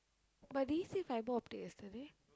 but did he say fibre optic yesterday